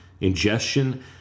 Ingestion